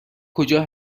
کجا